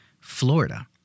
Florida